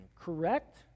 Correct